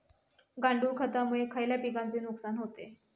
गांडूळ खतामुळे खयल्या पिकांचे नुकसान होते?